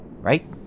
right